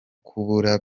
kubura